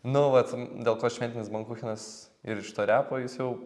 nu vat dėl ko šventinis bankuchenas ir iš to repo jis jau